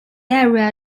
area